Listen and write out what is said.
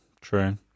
true